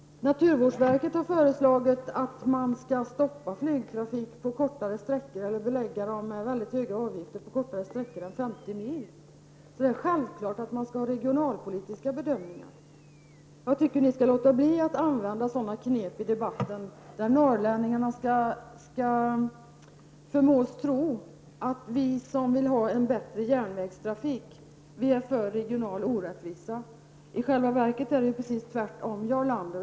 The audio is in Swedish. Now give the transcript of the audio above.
Naturvårdsverket har föreslagit att man på kortare sträckor än 50 mil skall stoppa flygtrafiken eller belägga den med höga avgifter. Det är självklart att man skall göra regionalpolitiska bedömningar. Jag tycker att ni skall låta bli att använda det knepet i debatten att försöka få norrlänningarna att tro att vi som vill ha en bättre järnvägstrafik är för regional orättvisa. I själva verket är det precis tvärtom, Jarl Lander.